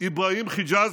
אבראהים חיג'אזי,